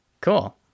Cool